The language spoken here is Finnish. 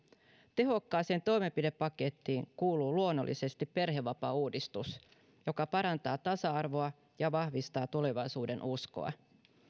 tehokkaaseen toimenpidepakettiin kuuluu luonnollisesti perhevapaauudistus joka parantaa tasa arvoa ja vahvistaa tulevaisuudenuskoa